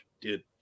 Dude